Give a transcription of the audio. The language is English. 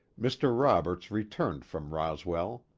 mr. roberts returned from roswell.